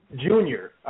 Junior